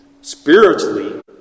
Spiritually